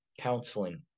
counseling